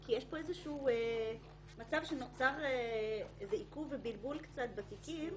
כי נוצר פה עיכוב ובלבול בתיקים,